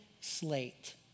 slate